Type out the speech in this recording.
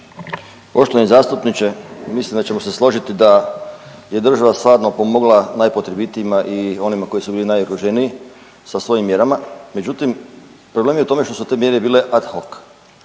Poštovani zastupniče, mislim da ćemo se složiti da je država stvarno pomogla najpotrebitijima i onima koji su bili najugroženiji sa svojim mjerama. Međutim, problem je u tome što su te mjere bile ad hoc.